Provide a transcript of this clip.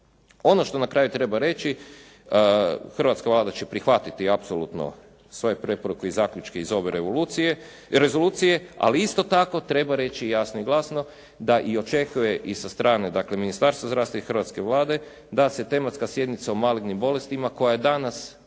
Ono što na kraju treba reći hrvatska Vlada će prihvatiti apsolutno sve preporuke i zaključke iz ove rezolucije. Ali isto tako treba reći jasno i glasno da očekuje i sa strane dakle Ministarstva zdravstva i hrvatske Vlade da se tematska sjednica o malignim bolestima koja je danas